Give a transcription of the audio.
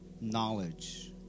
knowledge